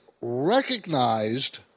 recognized